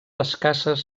escasses